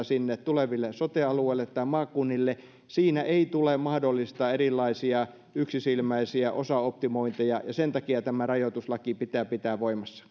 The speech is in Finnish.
sinne tuleville sote alueille tai maakunnille siinä ei tule mahdollistaa erilaisia yksisilmäisiä osaoptimointeja ja ja sen takia tämä rajoituslaki pitää pitää voimassa